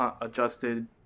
adjusted